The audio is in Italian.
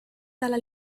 dalla